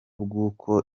bwuko